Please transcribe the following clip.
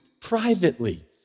privately